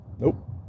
Nope